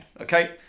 okay